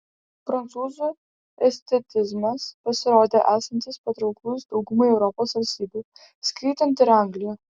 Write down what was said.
prancūzų estetizmas pasirodė esantis patrauklus daugumai europos valstybių įskaitant ir angliją